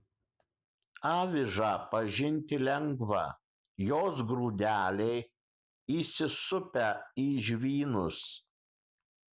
avižą pažinti lengva jos grūdeliai įsisupę į žvynus